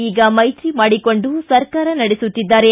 ಈಗ ಮೈತ್ರಿ ಮಾಡಿಕೊಂಡು ಸರ್ಕಾರ ನಡೆಸುತ್ತಿದ್ದಾರೆ